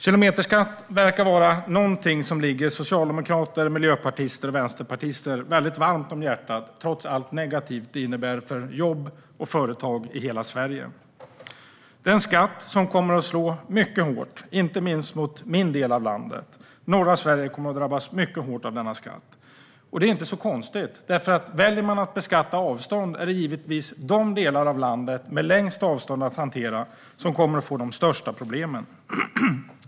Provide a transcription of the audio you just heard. Kilometerskatt verkar vara någonting som ligger socialdemokrater, miljöpartister och vänsterpartister väldigt varmt om hjärtat, trots allt negativt denna skatt innebär för jobb och företag i hela Sverige. Detta är en skatt som kommer att slå mycket hårt, inte minst mot min del av landet. Norra Sverige kommer att drabbas mycket hårt av denna skatt. Det är inte så konstigt - om man väljer att beskatta avstånd är det givetvis de delar av landet med längst avstånd att hantera som kommer att få de största problemen.